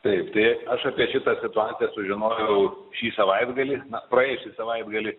taip tai aš apie šitą situaciją sužinojau šį savaitgalį praėjusį savaitgalį